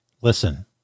Listen